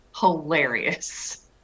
hilarious